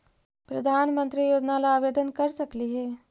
प्रधानमंत्री योजना ला आवेदन कर सकली हे?